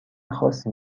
خاصی